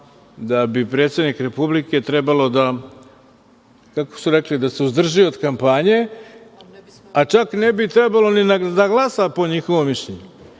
da bi predsednik Republike trebalo da, kako su rekli, da se uzdrže od kampanje, a čak ne bi trebalo ni da glasa, po njihovom mišljenju.